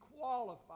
qualified